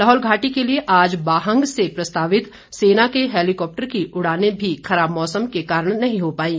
लाहौल घाटी के लिए आज बाहंग से प्रस्तावित सेना के हैलीकॉप्टर की उड़ानें भी खराब मौसम के कारण नहीं हो पाईं